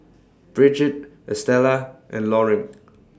Brigitte Estella and Loring